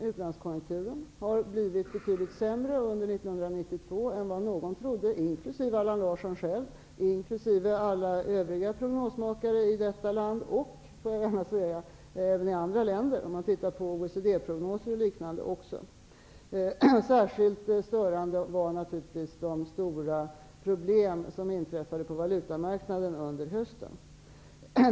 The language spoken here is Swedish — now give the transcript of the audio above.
Utlandskonjunkturen har blivit betydligt sämre under 1992 än vad någon trodde, inkl. Allan Larsson själv och alla övriga prognosmakare i detta land och även i andra länder. Samma sak ser man i OECD-prognoser och liknande. Särskilt störande var naturligtvis de stora problemen på valutamarknaden under hösten.